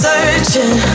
Searching